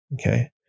okay